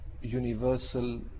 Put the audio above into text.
universal